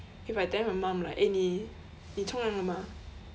if I telling my mum like eh 你你冲凉了吗